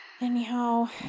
anyhow